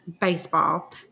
baseball